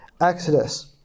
Exodus